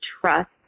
trust